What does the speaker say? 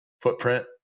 footprint